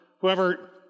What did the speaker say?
whoever